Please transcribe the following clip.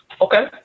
Okay